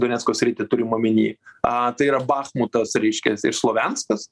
donecko sritį turim omeny a tai yra bachmutas reiškias ir slovianskas